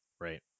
Right